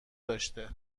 داشته